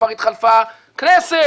כבר התחלפה כנסת,